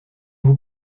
vous